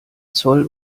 zoll